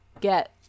get